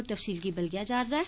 होर तफसील गी बलगेआ जा'रदा ऐ